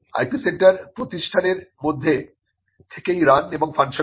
IP centre টি প্রতিষ্ঠানের মধ্যে থেকেই রান এবং ফাংশন করে